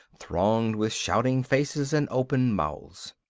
thronged with shouting faces and open mouths.